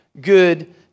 good